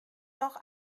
noch